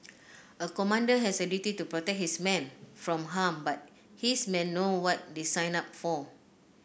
a commander has a duty to protect his men from harm but his men know what they signed up for